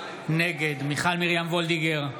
נגד מיכל מרים וולדיגר,